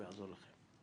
הוא יעזור לכם.